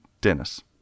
Dennis